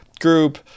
group